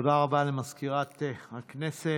תודה רבה למזכירת הכנסת.